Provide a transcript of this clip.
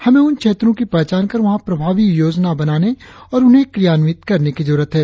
हमें उन क्षेत्रों की पहचान कर वहां प्रभावी योजना बनाने और उन्हें क्रियान्वित करने की जरुरत है